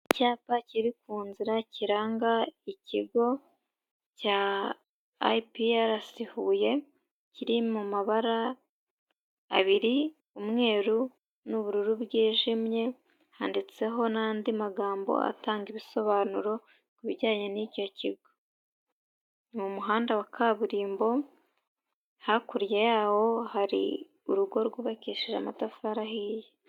Icyapa kiri ku nzira kiranga ikigo cya IPRC Huye kiri mu mabara abiri, umweru n'ubururu bwijimye, handitseho n'andi magambo atanga ibisobanuro ku bijyanye n'icyo kigo, ni umuhanda wa kaburimbo, hakurya yawo hari urugo rwubakishije amatafari ahiye.